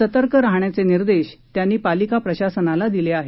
सतर्क राहण्याचे निर्देश त्यांनी पालिका प्रशासनाला दिले आहेत